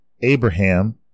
Abraham